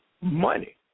money